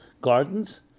gardens